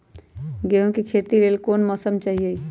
गेंहू के खेती के लेल कोन मौसम चाही अई?